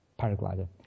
paraglider